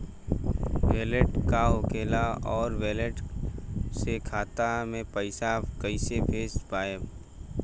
Wallet का होखेला और वैलेट से खाता मे पईसा कइसे भेज पाएम?